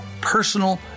personal